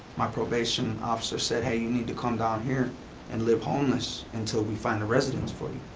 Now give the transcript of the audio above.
my probation officer said, hey, you need to come down here and live homeless until we find a residence for you.